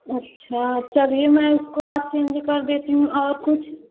अच्छा चलिए मैं उसको आज चेंज कर देती हूँ और कुछ